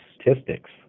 statistics